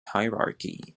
hierarchy